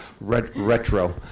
Retro